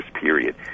period